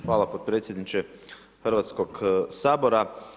Hvala potpredsjedniče Hrvatskog sabora.